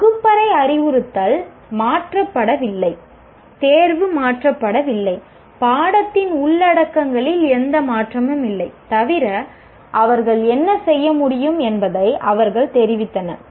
வகுப்பறை அறிவுறுத்தல் மாற்றப்படவில்லை தேர்வு மாற்றப்படவில்லை பாடத்தின் உள்ளடக்கங்களில் எந்த மாற்றமும் இல்லை தவிர அவர்கள் என்ன செய்ய முடியும் என்பதை அவர்கள் தெரிவித்தனர்